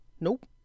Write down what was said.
nope